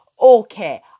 okay